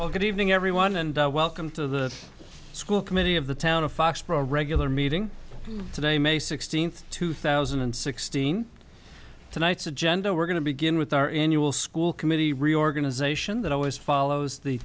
well good evening everyone and welcome to the school committee of the town of foxborough a regular meeting today may sixteenth two thousand and sixteen tonight's agenda we're going to begin with our in you will school committee reorganization that always follows the